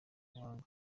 ubuhanga